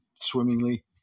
swimmingly